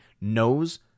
knows